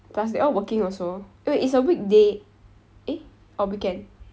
plus they all working also eh wait it's a weekday eh or weekend